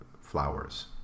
flowers